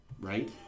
right